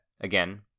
again